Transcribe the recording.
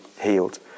healed